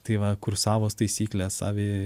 tai va kur savos taisyklės savi